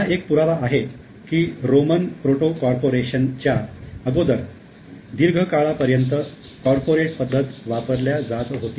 हा एक पुरावा आहे की रोमन प्रोटो कॉर्पोरेशन च्या अगोदर दीर्घ काळापर्यंत कॉर्पोरेट पद्धत वापरल्या जात होती